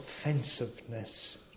offensiveness